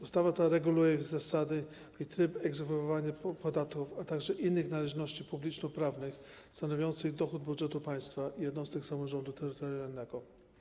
Ustawa ta reguluje zasady i tryb egzekwowania podatków, a także innych należności publicznoprawnych stanowiących dochód budżetu państwa i jednostek samorządu terytorialnego.